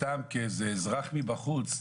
סתם כאזרח מבחוץ,